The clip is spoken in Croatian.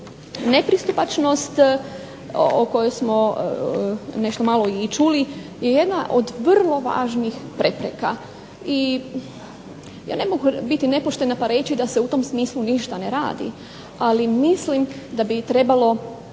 Nepristupačnost o kojoj smo nešto malo i čuli je jedna od vrlo važnih prepreka i ja ne mogu biti nepoštena pa reći da se u tom smislu ništa ne radi, ali mislim da bi trebalo